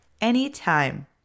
Anytime